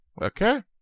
Okay